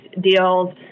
deals